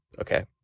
okay